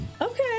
Okay